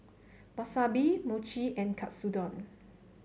Wasabi Mochi and Katsudon